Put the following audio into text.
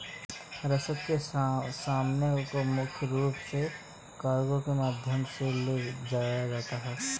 रसद के सामान को मुख्य रूप से कार्गो के माध्यम से ले जाया जाता था